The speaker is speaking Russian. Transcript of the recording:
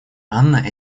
анна